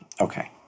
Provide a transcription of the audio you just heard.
Okay